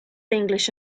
english